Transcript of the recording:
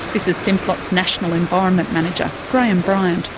this is simplot's national environment manager, graham bryant.